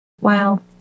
Wow